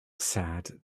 sad